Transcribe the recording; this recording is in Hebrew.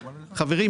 חברים,